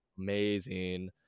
Amazing